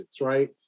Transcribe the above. right